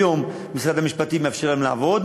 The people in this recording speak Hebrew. היום משרד המשפטים מאפשר להם לעבוד,